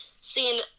seeing